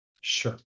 Sure